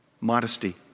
Modesty